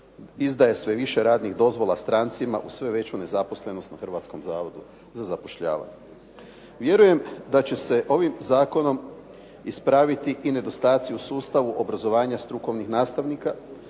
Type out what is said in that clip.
izdaje sve više radnih dozvola strancima uz sve veću nezaposlenost na Hrvatskom zavodu za zapošljavanje. Vjerujem da će se ovim zakonom ispraviti i nedostaci u sustavu obrazovanja strukovnih nastavnika